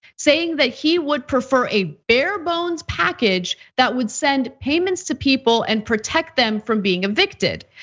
saying that he would prefer a bare-bones package that would send payments to people and protect them from being evicted.